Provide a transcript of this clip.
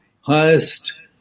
highest